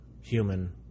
human